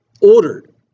ordered